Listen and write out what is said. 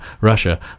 Russia